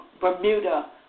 Bermuda